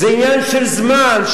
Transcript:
זה עניין של זמן,